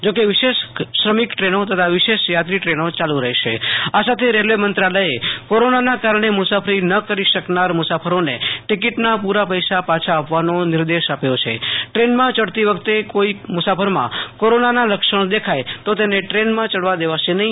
જો કે વિશેષ શ્રમિક ટ્રેનો તથા વિશેષ યાત્રી ટ્રેનો ચાલુ રહેશે આ સાથે રેલ્વે મંત્રાલયે કોરોનાના કારણે મુસાફરી ન કરી શકનાર મુસાફરોને ટીકિટના પુ રતા પૈસા પાછા આપવાનો નિર્દેશ આપ્યો છે દ્રેનમાં ચઢતી વખતે કોઈ મુ સાફર કોરોનાના લક્ષણ દેખાય તો તેને દ્રેનમાં ચઢવા દેવાશે નહી